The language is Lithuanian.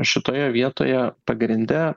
šitoje vietoje pagrinde